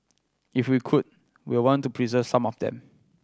if we could we want to preserve some of them